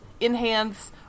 enhance